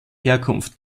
herkunft